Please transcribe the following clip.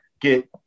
Get